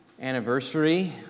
anniversary